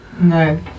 No